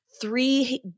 three